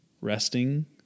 resting